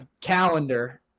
Calendar